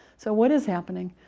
so what is happening?